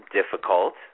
difficult